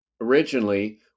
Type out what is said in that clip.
originally